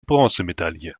bronzemedaille